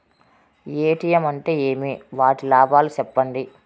ATM అంటే ఏమి? వాటి లాభాలు సెప్పండి